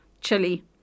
chili